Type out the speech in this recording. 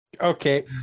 Okay